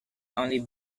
only